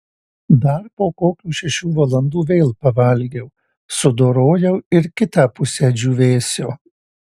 dar po kokių šešių valandų vėl pavalgiau sudorojau ir kitą pusę džiūvėsio